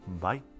Bye